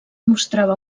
mostrava